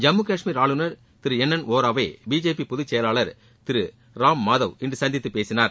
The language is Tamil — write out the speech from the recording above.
ஜம்முகஷ்மீர் ஆளுநர் திரு என் என் வோராவை பிஜேபி பொதுச்செயலாளர் திரு ராம்மாதவ் இன்று சந்தித்து பேசினார்